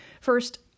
First